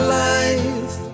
life